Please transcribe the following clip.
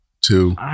two